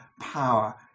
power